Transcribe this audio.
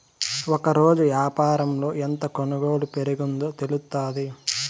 ఒకరోజు యాపారంలో ఎంత కొనుగోలు పెరిగిందో తెలుత్తాది